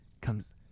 comes